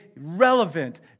relevant